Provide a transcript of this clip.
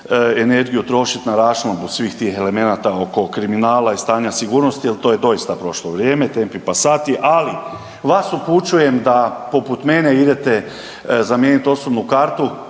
energiju trošiti na raščlambu svih tih elemenata oko kriminala i stanja sigurnosti jer to je doista prošlo vrijeme tempe pasati, ali vas upućujem da poput mene idete zamijenit osobnu kartu